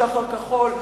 "שח"ר כחול",